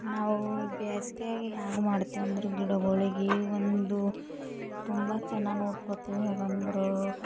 ನಾವು ಬೇಸ್ಗೆಗೆ ಹ್ಯಾಗೆ ಮಾಡ್ತೇವಂದ್ರೆ ಗಿಡಗಳಿಗೆ ಒಂದು ತುಂಬ ಚೆನ್ನಾಗಿ ನೋಡ್ಕೋತೇವೆಂದರೂ